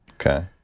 Okay